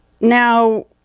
Now